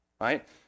right